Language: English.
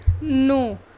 No